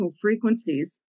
frequencies